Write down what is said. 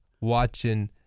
watching